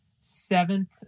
seventh